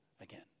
again